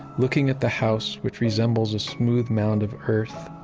looking at the house which resembles a smooth mound of earth,